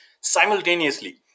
simultaneously